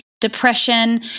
depression